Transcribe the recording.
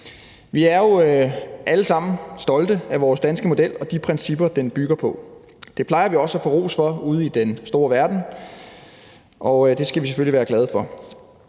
Vi er jo alle sammen stolte af vores danske model og de principper, den bygger på. Det plejer vi også at få ros for ude i den store verden, og det skal vi selvfølgelig være glade for.